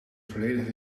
volledig